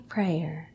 Prayer